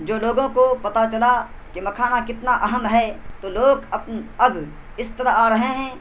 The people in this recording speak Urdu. جو لوگوں کو پتہ چلا کہ مکھانہ کتنا اہم ہے تو لوگ اب اس طرح آ رہے ہیں